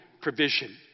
provision